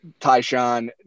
Tyshawn